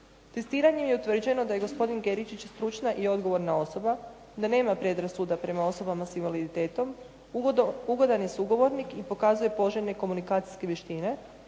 Testiranjem je utvrđeno da je gospodin Geričić stručna i odgovorna osoba, da nema predrasuda prema osobama s invaliditetom. Ugodan je sugovornik i pokazuje poželjne komunikacijske vještine.